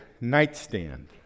nightstand